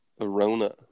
Arona